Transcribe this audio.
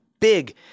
big